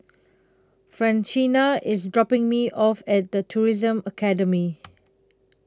Francina IS dropping Me off At The Tourism Academy